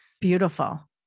Beautiful